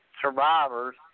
survivors